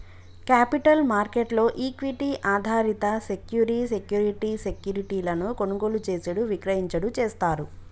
capital market లో equity ఆధారిత security security సెక్యూరిటీలను కొనుగోలు చేసేడు విక్రయించుడు చేస్తారు